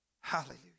Hallelujah